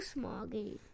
smoggy